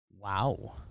Wow